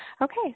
Okay